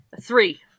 three